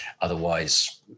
otherwise